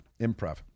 improv